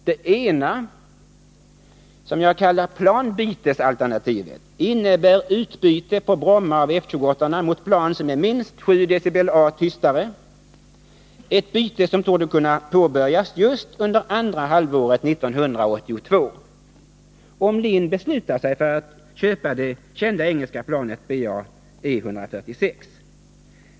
Det ena, som jag kallar ”planbytesalternativet”, innebär utbyte på Bromma av F-28-orna mot plan som är minst 7 dBA tystare — ett byte som torde kunna påbörjas just under andra halvåret 1982, om LIN beslutar sig för att köpa det kända engelska planet BAe 146.